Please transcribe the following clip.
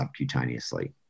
subcutaneously